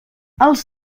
els